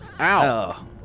Ow